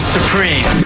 supreme